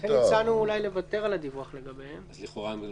לכן הצענו אולי לוותר על הדיווח לגביהם.